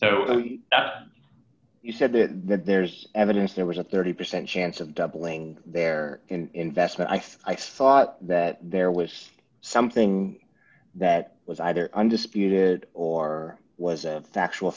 so you said that there's evidence there was a thirty percent chance of doubling their investment i thought that there was something that was either undisputed or was a factual